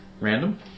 Random